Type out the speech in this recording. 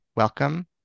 Welcome